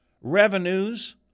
revenues